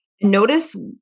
Notice